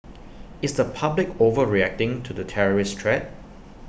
is the public overreacting to the terrorist threat